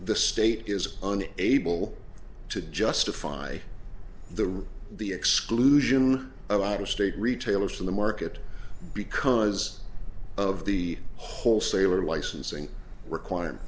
the state is on able to justify the rule the exclusion of out of state retailers from the market because of the whole sale or licensing requirement